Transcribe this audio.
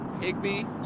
Higby